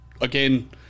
again